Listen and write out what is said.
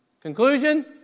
Conclusion